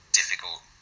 difficult